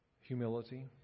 humility